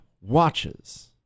watches